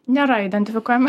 nėra identifikuojama